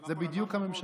זו בדיוק הממשלה.